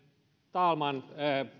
talman